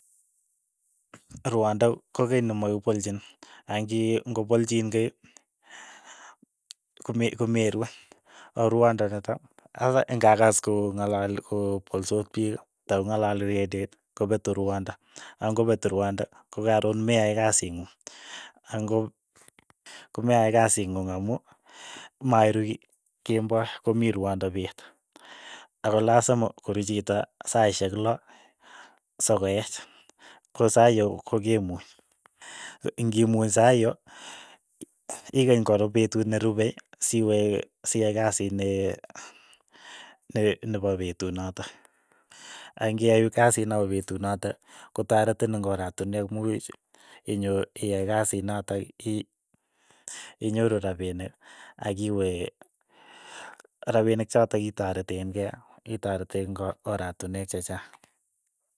Rwondo ko kei ne makipolchin, angi koplchin kei, kome kome rue, ako rwondot nitok, sasa ng'akas ko ng'alali ko polsoot piik nda ko ng'alali rediot, ko pete rwondo, ak ng'opet rwondo, ko karon meyae kasi ng'ung, ang'o komeyae kasit ng'ung amu mairu kemboi komii rwondo peet. ako lasima kuro chito saishek loo sokeoch, ko saiyo kokemuuny, iing'imuuny saiyo, ikeny korup petut ne rupe siwe siyai kesiit ne- ne o putut notok, ng'iyai kasii nepo petut notok koteretin eng' oratinwek muuch inyor iyae kasiit natok ii inyoru rapinik akiwe rapinik chotok itoreten kei itoreten ng'o oratinwek che chaang.